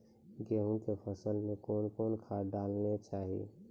गेहूँ के फसल मे कौन कौन खाद डालने चाहिए?